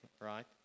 Right